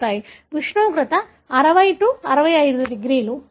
అందువల్ల వారు జీవించడానికి అనువైన ఉష్ణోగ్రత 60 65 డిగ్రీలు